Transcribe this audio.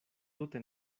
tute